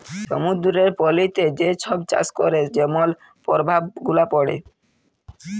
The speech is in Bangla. সমুদ্দুরের পলিতে যে ছব চাষ ক্যরে যেমল পরভাব গুলা পড়ে